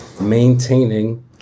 maintaining